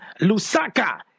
Lusaka